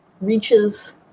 reaches